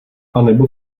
anebo